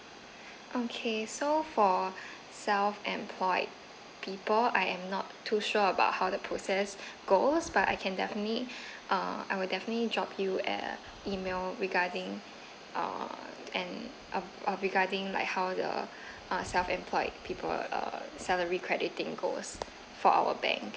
okay so for self employed people I am not too sure about how the process goes but I can definitely uh I will definitely drop you a email regarding uh and uh regarding like how the uh self employed people uh salary crediting goals for our bank